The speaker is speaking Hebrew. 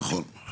נכון.